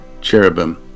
cherubim